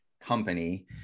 company